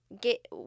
get